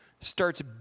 starts